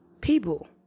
people